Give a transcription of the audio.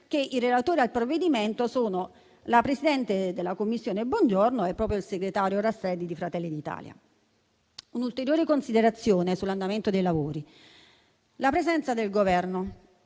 che i relatori del provvedimento sono la presidente della Commissione Bongiorno e il segretario Rastrelli di Fratelli d'Italia. Un'ulteriore considerazione sull'andamento dei lavori riguarda la presenza del Governo.